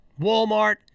Walmart